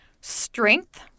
strength